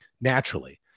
naturally